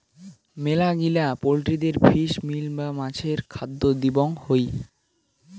মেলাগিলা পোল্ট্রিদের fish meal বা মাছের খাদ্য দিবং হই